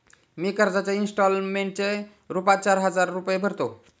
मी कर्जाच्या इंस्टॉलमेंटच्या रूपात चार हजार रुपये भरतो